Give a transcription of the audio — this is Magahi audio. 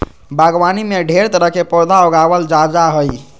बागवानी में ढेर तरह के पौधा उगावल जा जा हइ